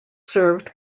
served